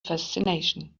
fascination